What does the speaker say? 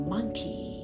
Monkey